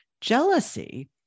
Jealousy